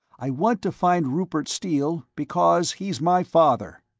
i want to find rupert steele because he's my father!